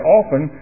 often